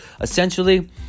Essentially